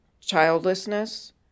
childlessness